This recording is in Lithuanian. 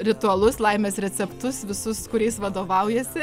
ritualus laimės receptus visus kuriais vadovaujasi